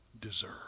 deserve